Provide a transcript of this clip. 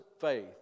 faith